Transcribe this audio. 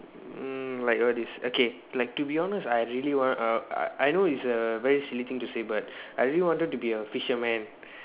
um like what is okay like to be honest I really want uh I know it's a very silly thing to say but I really wanted to be a fisherman